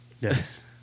Yes